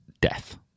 death